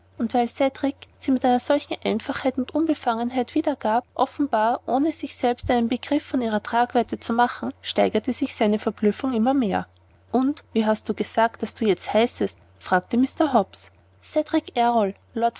sie mit solcher einfachheit und unbefangenheit wiedergab offenbar ohne sich selbst einen begriff von ihrer tragweite zu machen steigerte sich seine verblüffung immer mehr und und wie hast du gesagt daß du jetzt heißest fragte mr hobbs cedrik